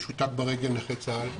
משותק ברגל, נכה צה"ל,